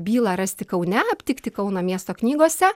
bylą rasti kaune aptikti kauno miesto knygose